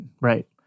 right